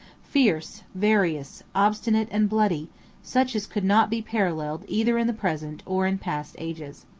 fierce, various, obstinate, and bloody such as could not be paralleled either in the present or in past ages.